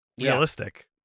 realistic